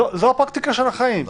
זו הפרקטיקה של החיים.